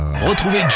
Retrouvez